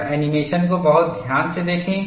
और एनीमेशन को बहुत ध्यान से देखें